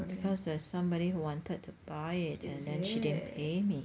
because there was somebody who wanted to buy it and then she didn't pay me